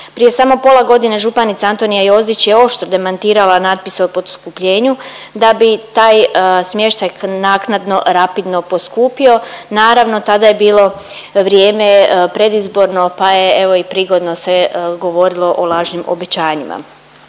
Prije samo pola godine, županica Antonija Jozić je oštro demantirala natpise o poskupljenju, da bi taj smještaj naknadno rapidno poskupio. Naravno, tada je bilo vrijeme predizborno pa je evo i prigodno se govorilo o lažnim obećanjima.